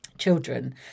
children